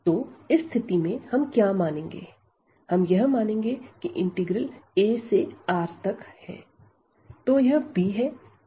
तो इस स्थिति में हम क्या मानेंगे हम यह मानेंगे की इंटीग्रल a से R तक है